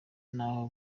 n’aho